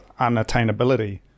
unattainability